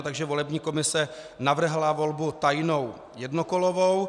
Takže volební komise navrhla volbu tajnou jednokolovou.